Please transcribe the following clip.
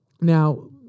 Now